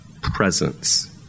presence